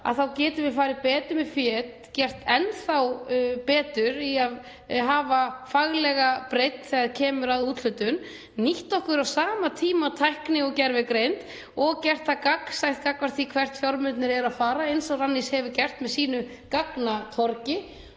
þá getum við farið betur með fé, gert enn betur í að hafa faglega breidd þegar kemur að úthlutun og nýtt okkur á sama tíma tækni og gervigreind og gert það gagnsætt gagnvart því hvert fjármunirnir eru að fara, eins og Rannís hefur gert með sínu gagnatorgi.